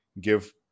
give